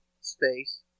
space